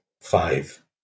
five